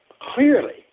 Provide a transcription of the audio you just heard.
clearly